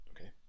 Okay